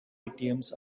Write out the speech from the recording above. atms